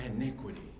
iniquity